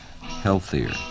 healthier